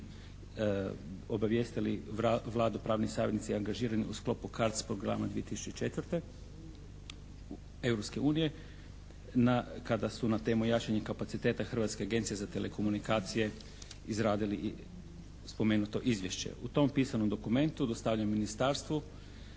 obavijestili Vladu pravni savjetnici angažirani u sklopu CARDS programa 2004. Europske unije, na kada su na temu jačanje kapaciteta Hrvatske agencije za telekomunikacije izradili i spomenuto izvješće. U tom pisanom dokumentu dostavlja ministarstvu,